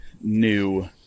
new